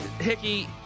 Hickey